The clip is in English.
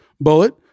bullet